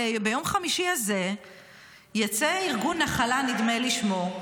ביום חמישי הזה יצא ארגון נחלה, נדמה לי שמו,